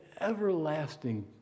everlasting